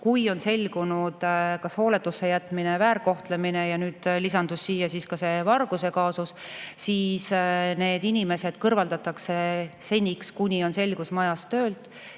kui on selgunud kas hooletusse jätmine ja väärkohtlemine. Ja nüüd lisandus siia ka see varguse kaasus. Need inimesed kõrvaldatakse seniks, kuni on selgus majas, töölt.